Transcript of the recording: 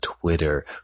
twitter